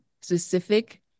specific